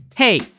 Hey